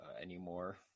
anymore